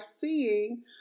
seeing